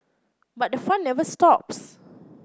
but the fun never stops